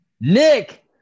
Nick